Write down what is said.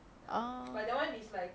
orh